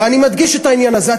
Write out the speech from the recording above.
ואני מדגיש את העניין הזה.